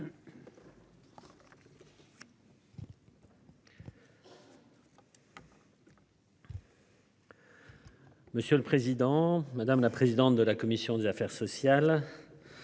Monsieur le président, madame la présidente de la commission des affaires sociales.